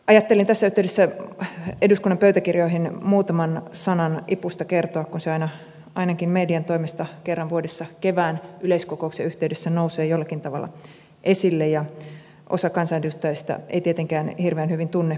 ajattelin tässä yhteydessä eduskunnan pöytäkirjoihin muutaman sanan ipusta kertoa kun se aina ainakin median toimesta kerran vuodessa kevään yleiskokouksen yhteydessä nousee jollakin tavalla esille ja osa kansanedustajista ei tietenkään hirveän hyvin tunne tätä järjestöä